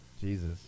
Jesus